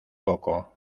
poco